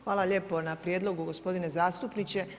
Hvala lijepo na prijedlogu gospodine zastupniče.